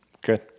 Good